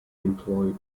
employed